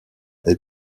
est